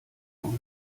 euch